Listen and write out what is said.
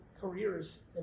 careers